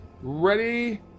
ready